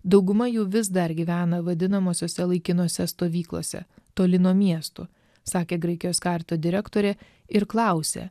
dauguma jų vis dar gyvena vadinamosiose laikinose stovyklose toli nuo miestų sakė graikijos karito direktorė ir klausė